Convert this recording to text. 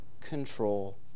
control